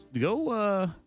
go